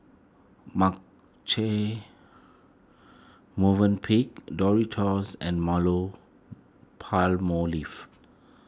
Marche Movenpick Doritos and